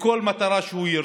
לכל מטרה שהוא ירצה.